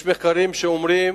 יש מחקרים שאומרים